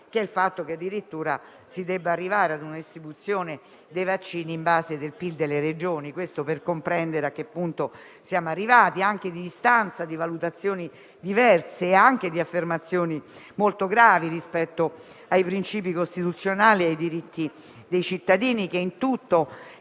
circa il fatto che, addirittura, si debba arrivare a una distribuzione dei vaccini in base al PIL delle Regioni (per comprendere a che punto siamo arrivati, anche di distanza nelle valutazioni). Si tratta di affermazioni molto gravi rispetto ai principi costituzionali e ai diritti dei cittadini, che sono